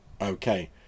Okay